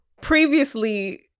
previously